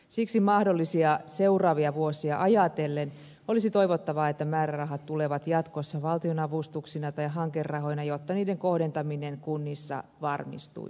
siksi mahdollisia seuraavia vuosia ajatellen olisi toivottavaa että määrärahat tulevat jatkossa valtionavustuksina tai hankerahoina jotta niiden kohdentaminen kunnissa varmistuisi